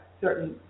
certain